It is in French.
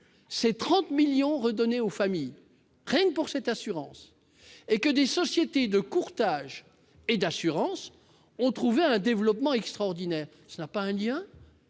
d'euros étaient redonnés aux familles, rien que pour cette assurance. Des sociétés de courtage et d'assurance ont trouvé un développement extraordinaire. Cela n'a-t-il pas un lien